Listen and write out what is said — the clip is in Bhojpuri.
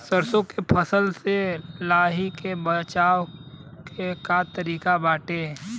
सरसो के फसल से लाही से बचाव के का तरीका बाटे?